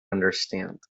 understand